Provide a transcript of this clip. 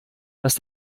dass